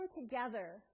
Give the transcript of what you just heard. together